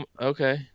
Okay